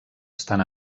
estan